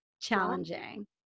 challenging